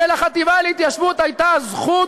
ולחטיבה להתיישבות הייתה הזכות,